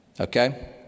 Okay